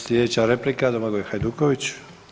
Sljedeća replika, Domagoj Hajduković.